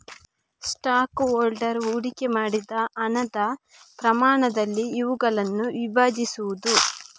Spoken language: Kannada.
ಸ್ಟಾಕ್ ಹೋಲ್ಡರ್ ಹೂಡಿಕೆ ಮಾಡಿದ ಹಣದ ಪ್ರಮಾಣದಲ್ಲಿ ಇವುಗಳನ್ನು ವಿಭಜಿಸುವುದು